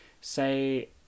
say